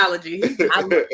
technology